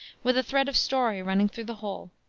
with a thread of story running through the whole.